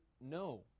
no